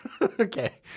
Okay